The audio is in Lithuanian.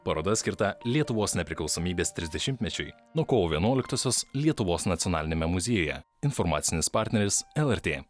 paroda skirta lietuvos nepriklausomybės trisdešimtmečiui nuo kovo vienuoliktosios lietuvos nacionaliniame muziejuje informacinis partneris lrt